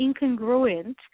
incongruent